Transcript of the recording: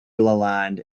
lalonde